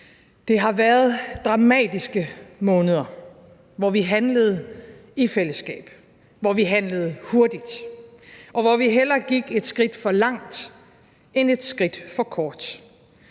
Det har været dramatiske måneder, hvor vi handlede i fællesskab, hvor vi handlede hurtigt, og hvor vi hellere gik et skridt for langt end et skridt for kort.